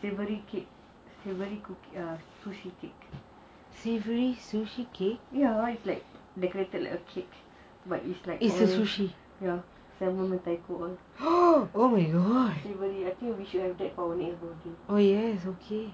savoury cake savoury sushi cake yes is like a decorated cake but it's like all salmon mentaiko all savoury I feel we should have that for our next birthday